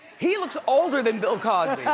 he looks older than bill cosby,